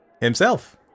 Himself